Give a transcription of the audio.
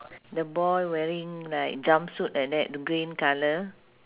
the boy wearing like jumpsuit like that green colour